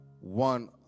one